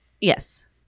Yes